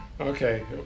Okay